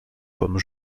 comme